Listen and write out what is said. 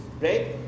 right